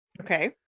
Okay